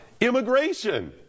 Immigration